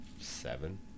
seven